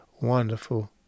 wonderful